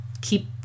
keep